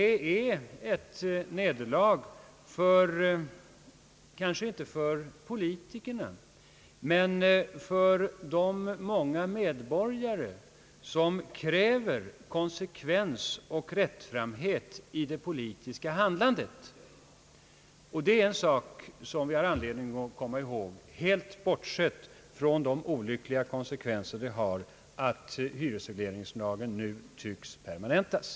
Det är ett nederlag, kanske inte för politikerna men för de många medborgare som kräver konsekvens och rättframhet i det politiska handlandet. Det är en sak som vi har anledning att komma ihåg helt bortsett från de olyckliga konsekvenserna av att hyresregleringslagen nu tycks bli permanentad.